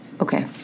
Okay